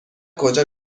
کجا